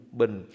bình